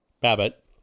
Babbitt